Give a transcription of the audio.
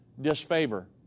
disfavor